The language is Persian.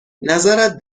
نظرت